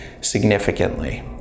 significantly